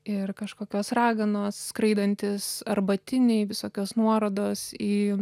ir kažkokios raganos skraidantys arbatiniai visokios nuorodos į